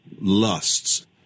lusts